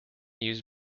use